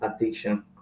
addiction